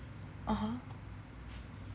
(uh huh)